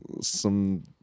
some-